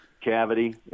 cavity